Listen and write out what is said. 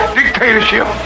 dictatorship